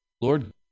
Lord